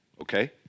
Okay